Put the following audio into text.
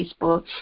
Facebook